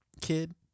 kid